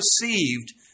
received